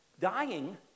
Dying